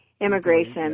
immigration